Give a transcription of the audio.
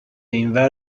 اینور